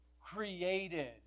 created